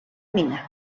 mina